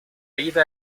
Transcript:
ida